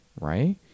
right